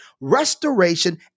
restoration